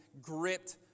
gripped